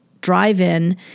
drive-in